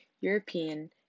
European